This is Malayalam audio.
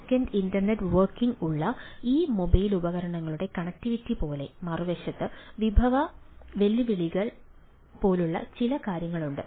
ബാക്ക് എൻഡ് ഇന്റർനെറ്റ് വർക്കിംഗ് ഉള്ള ഈ മൊബൈൽ ഉപകരണങ്ങളുടെ കണക്റ്റിവിറ്റി പോലെ മറുവശത്ത് വിഭവ വെല്ലുവിളികൾ പോലുള്ള ചില കാര്യങ്ങളുണ്ട്